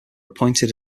appointed